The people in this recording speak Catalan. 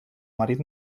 marit